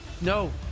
No